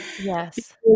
Yes